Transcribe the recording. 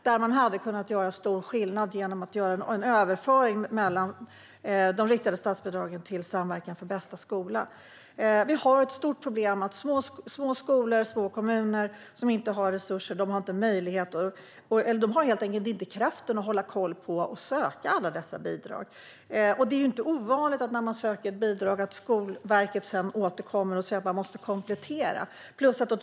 Där hade man kunnat göra stor skillnad genom att göra en överföring från de riktade statsbidragen till Samverkan för bästa skola. Vi har ett stort problem med att små skolor och små kommuner som inte har resurser helt enkelt inte har kraften att hålla koll på och söka alla dessa bidrag. Och när man har sökt ett bidrag är det inte ovanligt att Skolverket återkommer och säger att man måste komplettera ansökan.